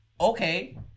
okay